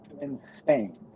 insane